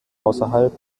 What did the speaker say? außerhalb